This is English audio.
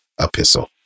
epistle